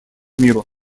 миру